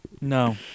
No